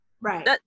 Right